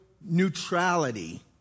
neutrality